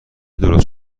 درست